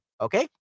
okay